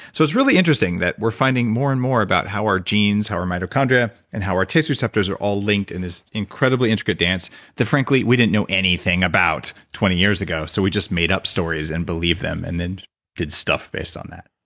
so it's really interesting that we're finding more and more about how our genes, how our mitochondria, and how our taste receptors are all linked in this incredibly interesting dance that frankly we didn't know anything about twenty years ago so we just made up stories and believed them, and then did stuff based on that